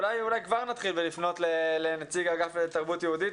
אולי כבר נתחיל בלפנות לנציג האגף לתרבות יהודית.